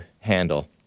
handle